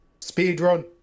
Speedrun